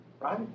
Right